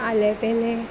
आलें बेलें